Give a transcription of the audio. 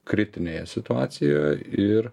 kritinėje situacijoj ir